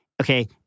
Okay